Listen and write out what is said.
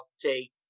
take